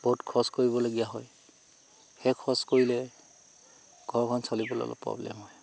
বহুত খৰচ কৰিবলগীয়া হয় সেই খৰচ কৰিলে ঘৰখন চলিবলৈ অলপ প্ৰব্লেম হয়